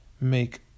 make